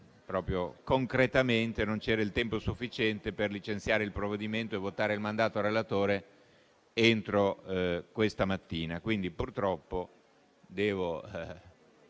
atto che concretamente non c'era il tempo sufficiente per licenziare il provvedimento e votare il mandato al relatore entro questa mattina.